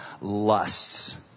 lusts